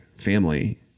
family